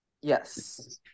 Yes